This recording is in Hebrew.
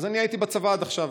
אז אני הייתי בצבא עד עכשיו.